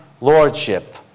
lordship